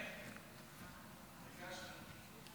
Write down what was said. אל תפר את השקט.